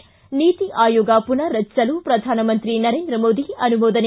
ಿ ನೀತಿ ಆಯೋಗ ಪುನಾರಚಿಸಲು ಪ್ರಧಾನಮಂತ್ರಿ ನರೇಂದ್ರ ಮೋದಿ ಅನುಮೋದನೆ